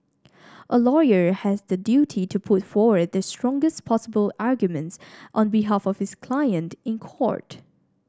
a lawyer has the duty to put forward the strongest possible arguments on behalf of his client in court